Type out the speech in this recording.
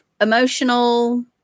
emotional